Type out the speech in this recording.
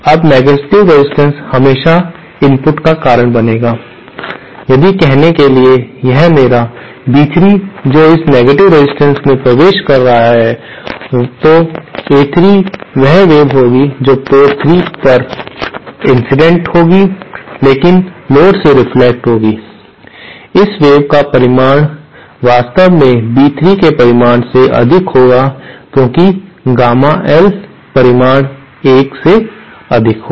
अब negative resistance हमेशा input का कारण बनेगा यदि कहने के लिए यह मेरा B3 जो इस नेगेटिव रेजिस्टेंस में प्रवेश कर रहा है तो A3 वह वेव होगी जो पोर्ट 3 पर अंतरित होगी लेकिन लोड से रेफ्लेक्टेड होगी इस वेव का परिमाण वास्तव में B3 के परिमाण से अधिक होगी क्योंकि गामा एल परिमाण 1 से अधिक होगा